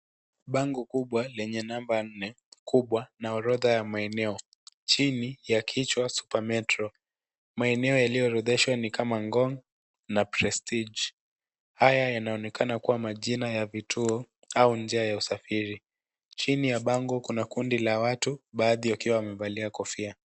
Bango kubwa lenye namba, nne, kubwa na orodha ya maeneo chini ya kichwa, super metro. Maeneo yaliyoorodheshwa ni kama vile ngong na prestige. Haya yanaonekana kuwa majina ya vituo au njia ya usafiri. Chini ya bango kuna kundi la watu baadhi wakiwa wamevalia kofia.